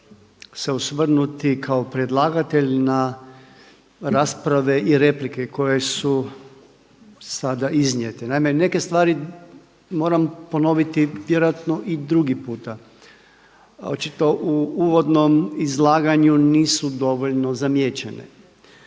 uvodnom izlaganju nisu dovoljno zamijećene.